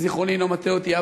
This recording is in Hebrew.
אם זיכרוני אינו מטעה אותי,